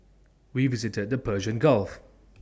we visited the Persian gulf